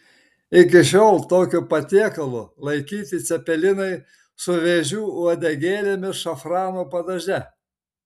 iki šiol tokiu patiekalu laikyti cepelinai su vėžių uodegėlėmis šafrano padaže